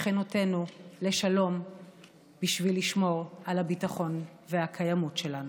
לשכנותינו בשביל לשמור על הביטחון והקיימות שלנו.